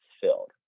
filled